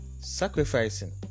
Sacrificing